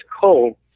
coal